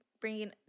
bringing